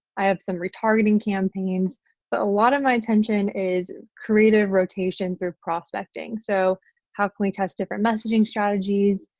i have some retargeting campaigns but a lot of my attention is creative rotation through prospecting. so how can we test different messaging strategies,